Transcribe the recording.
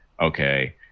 okay